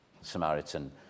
samaritan